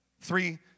Three